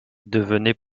devenait